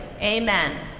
amen